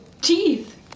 teeth